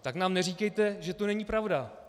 Tak nám neříkejte, že to není pravda!